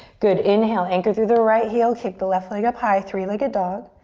good, inhale, anchor through the right heel. kick the left leg up high, three-legged dog.